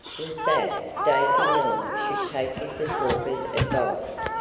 was that daisy miller should take mrs. walker's advice.